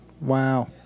Wow